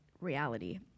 reality